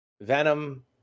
venom